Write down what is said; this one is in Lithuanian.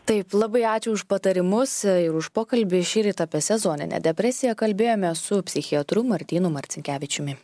taip labai ačiū už patarimus ir už pokalbį šįryt apie sezoninę depresiją kalbėjomės su psichiatru martynu marcinkevičiumi